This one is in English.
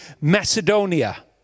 Macedonia